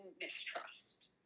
mistrust